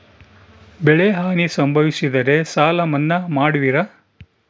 ಬೆಳೆಹಾನಿ ಸಂಭವಿಸಿದರೆ ಸಾಲ ಮನ್ನಾ ಮಾಡುವಿರ?